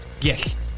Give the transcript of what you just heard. Yes